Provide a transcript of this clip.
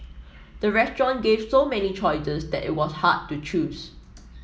the restaurant gave so many choices that it was hard to choose